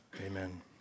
Amen